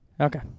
Okay